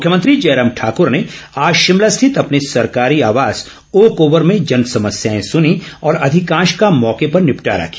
मुख्यमंत्री जयराम ठाकर ने आज शिमला स्थित अपने सरकारी आवास ओकओवर में जन समस्याए सुनी और अधिकांश का मौके पर निपटारा किया